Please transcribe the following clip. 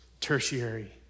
tertiary